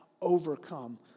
overcome